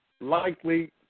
likely